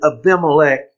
Abimelech